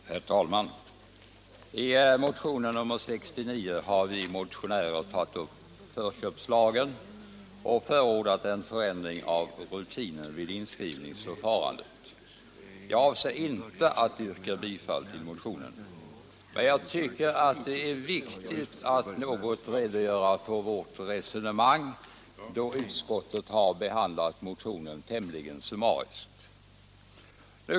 Herr talman! I motionen 69 har vi motionärer tagit upp förköpslagen och förordat en förändring av rutinen vid inskrivningsförfarandet. Jag avser inte att yrka bifall till motionen. Men jag tycker det är viktigt att något redogöra för vårt resonemang, då utskottet har behandlat motionen tämligen summariskt.